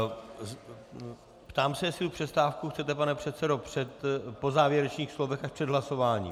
Ptám se, jestli tu přestávku chcete, pane předsedo, po závěrečných slovech, až před hlasováním.